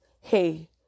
hey